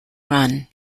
run